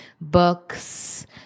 books